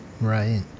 right